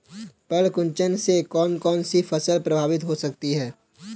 पर्ण कुंचन से कौन कौन सी फसल प्रभावित हो सकती है?